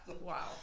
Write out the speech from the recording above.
Wow